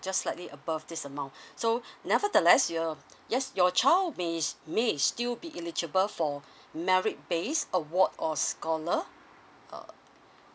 just slightly above this amount so nevertheless your yes your child may may still be eligible for merit based award or scholar uh